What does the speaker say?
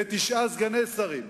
ותשעה סגני שרים,